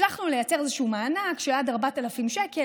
הצלחנו לייצר איזשהו מענק של עד 4,000 שקל